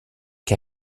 che